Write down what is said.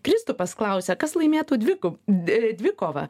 kristupas klausia kas laimėtų dviko dvikovą